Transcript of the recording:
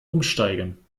umsteigen